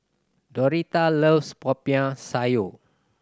Dorathea loves Popiah Sayur